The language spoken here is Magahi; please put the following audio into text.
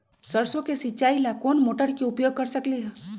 सरसों के सिचाई ला कोंन मोटर के उपयोग कर सकली ह?